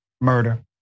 murder